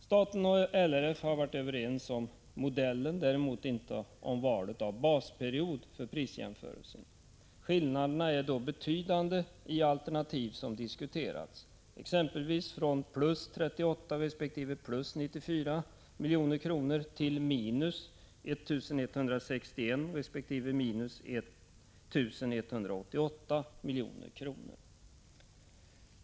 Staten och LRF har varit överens om modellen, däremot inte om valet av basperiod för prisjämförelsen. Skillnaderna är då betydande i alternativ som diskuterats, exempelvis från plus 38 resp. plus 94 milj.kr. till minus 1 161 resp. minus 1 188 milj.kr.